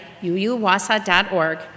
uuwasa.org